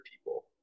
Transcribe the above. people